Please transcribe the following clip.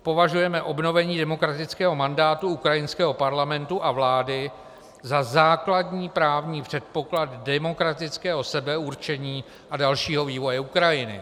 Považujeme obnovení demokratického mandátu ukrajinského parlamentu a vlády za základní právní předpoklad demokratického sebeurčení a dalšího vývoje Ukrajiny.